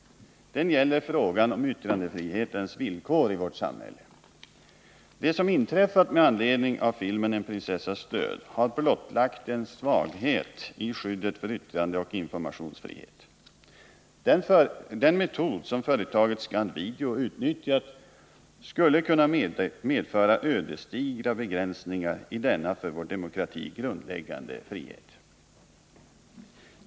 Den gäller frågan om yttrandefrihetens villkor i vårt samhälle. Det som inträffat med anledning av filmen En prinsessas död har blottlagt en svaghet i skyddet för yttrandeoch informationsfrihet. Den metod som företaget Scand-Video utnyttjat skulle kunna medföra ödesdigra begränsningar i denna för vår demokrati grundläggande frihet.